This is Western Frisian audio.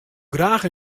graach